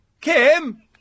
Kim